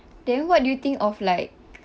then what do you think of like